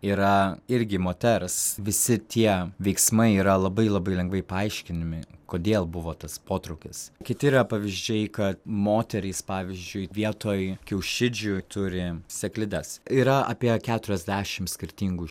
yra irgi moters visi tie veiksmai yra labai labai lengvai paaiškinami kodėl buvo tas potraukis kiti yra pavyzdžiai kad moterys pavyzdžiui vietoj kiaušidžių turi sėklides yra apie keturiasdešim skirtingų